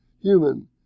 human